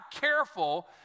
careful